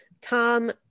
Tom